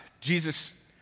Jesus